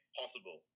possible